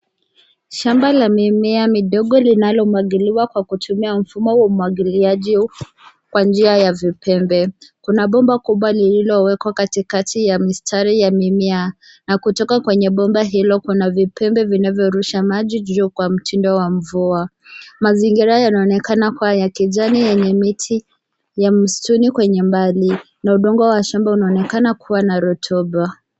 Shamba la mimea midogo linalomwagiliwa kwa kutumia mfumo wa mwagilia juu kwa njia ya vipembe. Kuna pomba kubwa lililowekwa katikati ya mistari ya mimea na kutoka kwenye pomba hilo kuna vipembe linalorusha maji juu kwa mitindo wa mvua. Mazingira yanaonekana kuwa ya kijani enye miti ya msituni kwenye mbali na udongo ya shamba inaonekana kuwa na rutuba.